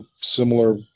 similar